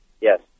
Yes